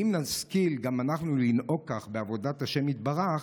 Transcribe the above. ואם נשכיל גם אנחנו לנהוג כך בעבודת השם יתברך,